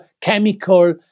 chemical